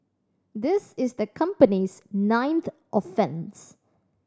this is the company's ninth offence